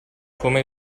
come